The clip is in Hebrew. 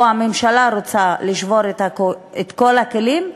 או הממשלה רוצה לשבור את כל הכלים,